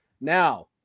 Now